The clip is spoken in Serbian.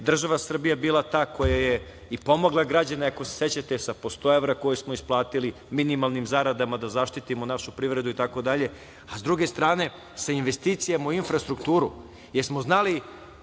država Srbija bila ta koja je i pomogla građane, ako se sećate, sa po 100 evra, koje smo isplatili minimalnim zaradama da zaštitimo našu privredu, itd, a sa druge strane, sa investicijama u infrastrukturu, jer smo znali,